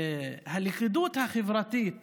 הלכידות החברתית